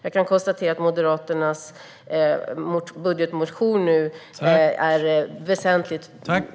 Jag kan konstatera att Moderaternas budgetmotion på skolområdet är väsentligt mindre.